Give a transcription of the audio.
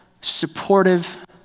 supportive